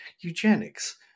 eugenics